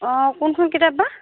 অঁ কোনখন কিতাপ বা